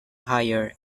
higher